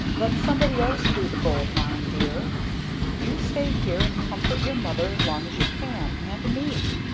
let somebody else do the gold-mine, dear you stay here and comfort your mother as long as you can and me.